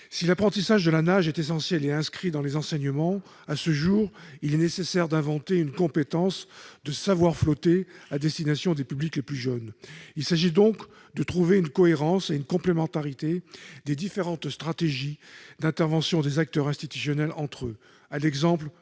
Si l'apprentissage de la nage est essentiel et inscrit dans les enseignements, il est nécessaire d'inventer une compétence du « savoir flotter » à destination des publics les plus jeunes. Il convient d'établir une cohérence et une complémentarité entre les différentes stratégies d'intervention des acteurs institutionnels, telles que le « Savoir nager